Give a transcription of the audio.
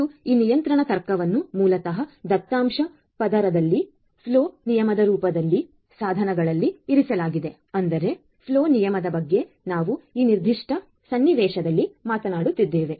ಮತ್ತು ಈ ನಿಯಂತ್ರಣ ತರ್ಕವನ್ನು ಮೂಲತಃ ದತ್ತಾಂಶ ಪದರದಲ್ಲಿ ಫ್ಲೋ ನಿಯಮದ ರೂಪದಲ್ಲಿ ಸಾಧನಗಳಲ್ಲಿ ಇರಿಸಲಾಗಿದೆ ಅಂದರೆ ಫ್ಲೋ ನಿಯಮದ ಬಗ್ಗೆ ನಾವು ಈ ನಿರ್ದಿಷ್ಟ ಸನ್ನಿವೇಶದಲ್ಲಿ ಮಾತನಾಡುತ್ತಿದ್ದೇವೆ